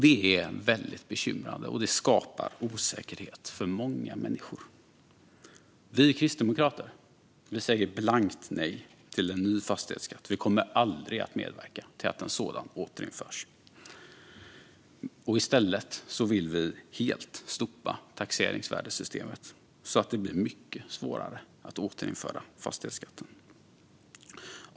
Det är väldigt bekymrande och skapar osäkerhet för många människor. Vi kristdemokrater säger blankt nej till en ny fastighetsskatt. Vi kommer aldrig att medverka till att en sådan återinförs. I stället vill vi helt slopa taxeringsvärdessystemet så att det blir mycket svårare att återinföra fastighetsskatten.